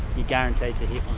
your guarantee to hit